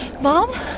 Mom